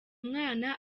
mwana